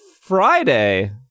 Friday